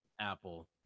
Apple